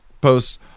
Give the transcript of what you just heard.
posts